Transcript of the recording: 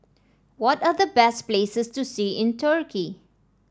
what are the best places to see in Turkey